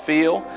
Feel